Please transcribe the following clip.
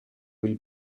will